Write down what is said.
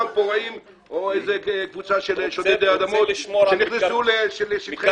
פורעים או קבוצה של שודדי אדמות שנכנסו לשטחי